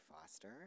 Foster